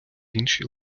іншій